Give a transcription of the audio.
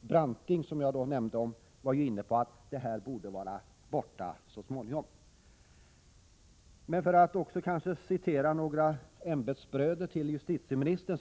Branting var ju, som jag nämnde, inne på att detta med kollektivanslutning borde bort så småningom. Jag vill också citera några ämbetsbröder till justitieministern.